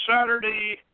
Saturday